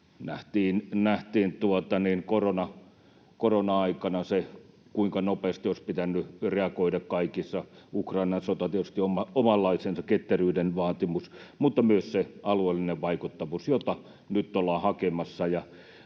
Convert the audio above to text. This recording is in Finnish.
meitä. Korona-aikana nähtiin se, kuinka nopeasti olisi pitänyt reagoida kaikessa. Ukrainan sota on tietysti omanlaisensa ketteryyden vaatimus, mutta myös se alueellinen vaikuttavuus, jota nyt ollaan hakemassa.